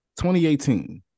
2018